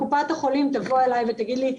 קופת החולים תבוא אליי ותגיד לי,